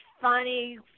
funny